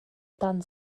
dan